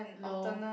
no